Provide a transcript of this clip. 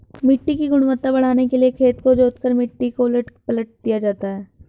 मिट्टी की गुणवत्ता बढ़ाने के लिए खेत को जोतकर मिट्टी को उलट पलट दिया जाता है